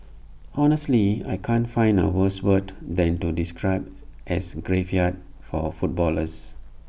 honestly I can't find A worse word than to describe as A graveyard for footballers